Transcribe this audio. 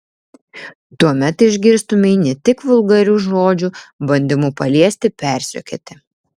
tuomet išgirstumei ne tik vulgarių žodžių bandymų paliesti persekioti